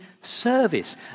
service